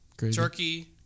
turkey